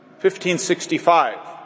1565